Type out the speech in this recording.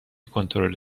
کنترل